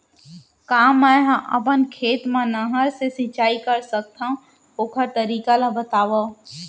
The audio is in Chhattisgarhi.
का मै ह अपन खेत मा नहर से सिंचाई कर सकथो, ओखर तरीका ला बतावव?